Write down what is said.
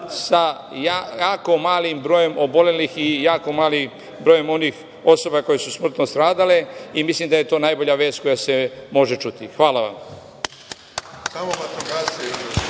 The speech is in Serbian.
sa jako malim brojem obolelih i jako malim brojem onih osoba koje su smrtno stradale. Mislim da je to najbolja vest koja se može čuti. Hvala vam.